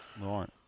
Right